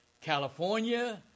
California